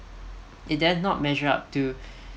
it dare not measure up to